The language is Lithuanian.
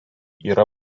yra